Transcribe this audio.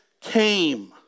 came